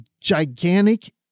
gigantic